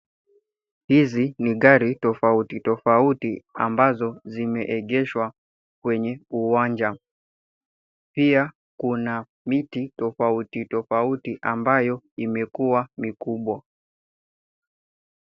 Hizi ni gari tofautitofauti ambazo zimeegeshwa kwenye uwanja. Pian kuna miti tofautitofauti ambayo imekuwa mikubwa.